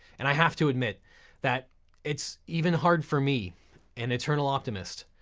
and i have to admit that it's even hard for me an eternal optimist,